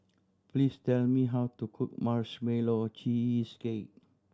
please tell me how to cook Marshmallow Cheesecake